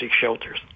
shelters